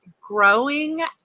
growing